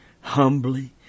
humbly